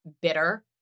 bitter